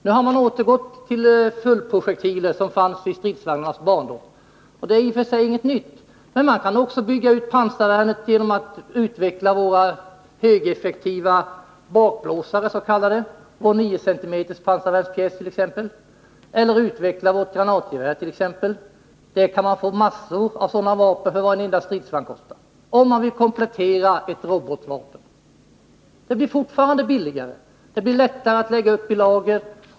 Nu har man återgått till fullprojektiler, som fanns i stridsvagnarnas barndom, så det är i och för sig inte heller något nytt. Men man kan också bygga ut pansarvärnet genom att exempelvis utveckla våra högeffektiva s.k. bakblåsare, våra 9 cm pansarvärnspjäser eller vårt granatgevär. Man kan få massor av sådana vapen för det som en enda stridsvagn kostar, om man vill komplettera ett robotvapen. Detta blir fortfarande billigare, och det blir lättare att lägga upp i lager.